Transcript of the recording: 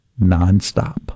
nonstop